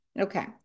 Okay